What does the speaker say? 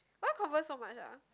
why converse so much uh